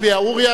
אורי אריאל,